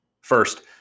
First